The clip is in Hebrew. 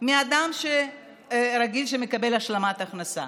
מאדם רגיל שמקבל השלמת הכנסה?